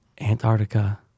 Antarctica